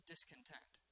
Discontent